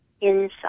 inside